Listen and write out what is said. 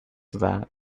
that